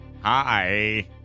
Hi